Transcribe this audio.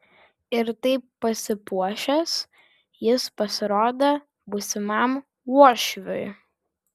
ir taip pasipuošęs jis pasirodė būsimam uošviui